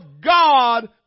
God